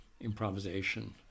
improvisation